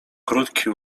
krótki